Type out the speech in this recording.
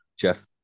Jeff